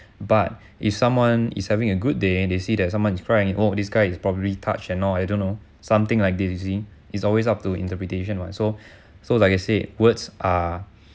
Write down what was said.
but if someone is having a good day they see that someone is crying oh this guy is probably touched and all I don't know something like they see is always up to interpretation what so so like I say words are